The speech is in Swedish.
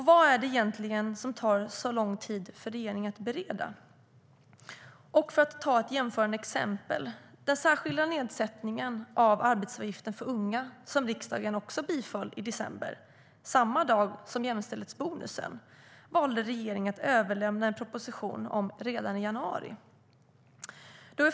Vad är det egentligen som tar så lång tid för regeringen att bereda? För att ta ett jämförande exempel: Den särskilda nedsättningen av arbetsgivaravgifterna för unga som riksdagen också biföll i december - samma dag som jämställdhetsbonusen - valde regeringen att överlämna en proposition om redan i januari.